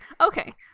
okay